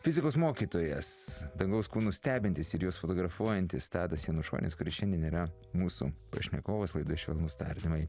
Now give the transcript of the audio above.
fizikos mokytojas dangaus kūnų stebintis ir juos fotografuojantis tadas janušonis kuris šiandien yra mūsų pašnekovas laida švelnūs tardymai